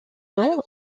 nom